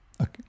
Okay